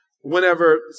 whenever